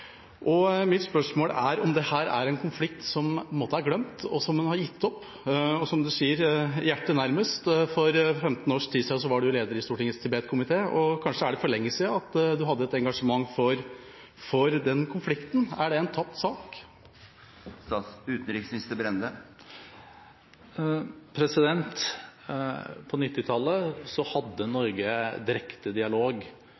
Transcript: Mitt spørsmål er om dette er en konflikt som på en måte er glemt, og som man har gitt opp? Utenriksministeren sier «hjerte nærmest»: For 15 års tid siden var han leder i Stortingets Tibet-komité, og kanskje er det for lenge siden at han hadde et engasjement for den konflikten. Er det en tapt sak?